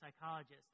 psychologists